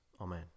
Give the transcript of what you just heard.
Amen